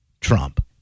Trump